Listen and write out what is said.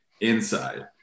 inside